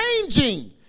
changing